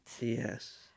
yes